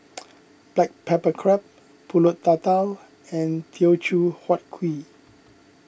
Black Pepper Crab Pulut Tatal and Teochew Huat Kuih